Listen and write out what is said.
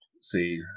See